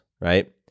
right